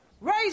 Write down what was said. Raise